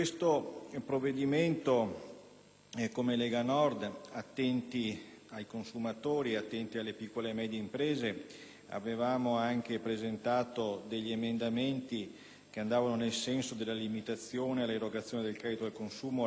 la Lega Nord, attenta ai consumatori e alle piccole e medie imprese, aveva presentato degli emendamenti che andavano nel senso della limitazione all'erogazione del credito al consumo alle società di mediazione creditizia;